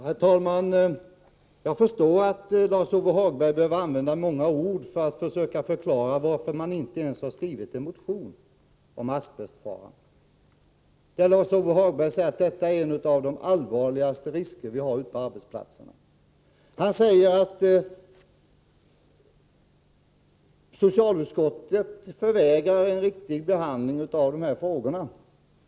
Herr talman! Jag förstår att Lars-Ove Hagberg behöver använda många ord för att försöka förklara varför vpk inte ens skrivit en motion om asbestfaran. Lars-Ove Hagberg säger att detta är en av de allvarligaste risker vi har ute på arbetsplatserna. Han säger att socialutskottet vägrar att göra en riktig behandling av de här frågorna.